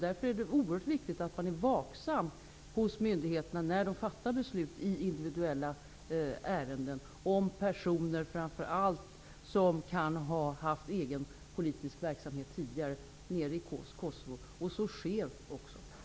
Därför är det oerhört viktigt att man vid myndigheterna är vaksam när beslut fattas i individuella ärenden, framför allt när det gäller personer som kan ha haft egen politisk verksamhet tidigare nere i Kosovo. Så sker också.